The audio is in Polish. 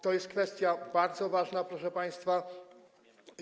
To jest kwestia bardzo ważna, proszę państwa.